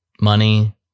Money